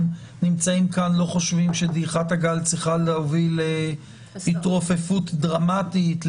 לא חושבים שדעיכת הגל צריכה להוביל להתרופפות דרמטית,